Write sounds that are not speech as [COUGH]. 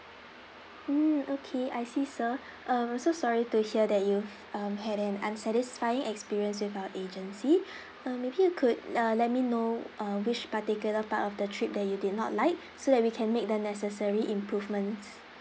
mm okay I see sir [BREATH] um so sorry to hear that you [BREATH] um had an unsatisfying experience with our agency [BREATH] uh maybe you could uh let me know uh which particular part of the trip that you did not like [BREATH] so that we can make the necessary improvements